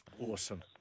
Awesome